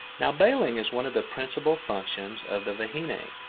now bailing is one of the principal functions of the vahine.